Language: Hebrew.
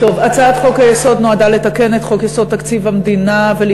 הצעת חוק-היסוד נועדה לתקן את חוק-יסוד: תקציב המדינה לשנים